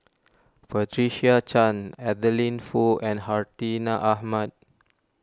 Patricia Chan Adeline Foo and Hartinah Ahmad